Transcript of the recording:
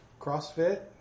CrossFit